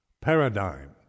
paradigm